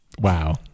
Wow